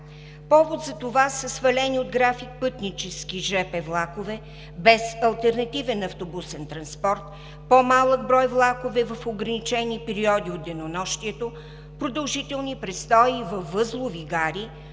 Повод за това са: свалени от график пътнически жп влакове без алтернативен автобусен транспорт; по-малък брой влакове в ограничени периоди от денонощието; продължителни престои във възлови гари;